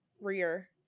rear